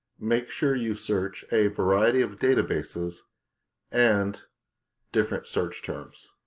make sure you search a variety of databases and different search terms.